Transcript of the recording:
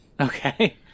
Okay